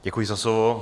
Děkuji za slovo.